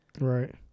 Right